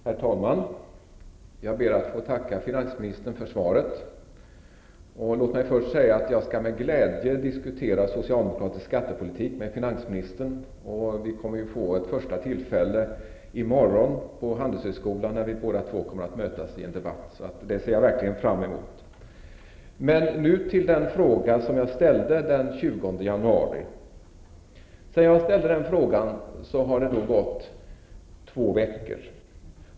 Herr talman! Jag ber att få tacka finansministern för svaret. Låt mig först säga att jag med glädje skall diskutera socialdemokratisk skattepolitik med finansministern. Vi kommer att få ett första tillfälle i morgon på Handelshögskolan, där vi två kommer att mötas i en debatt. Det ser jag verkligen fram emot. Sedan jag ställde min fråga den 20 januari har det gått två veckor.